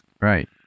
right